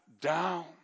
down